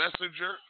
Messenger